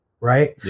Right